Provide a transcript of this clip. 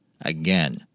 Again